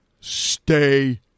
stay